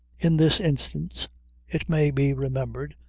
in this instance it may be remembered,